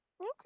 Okay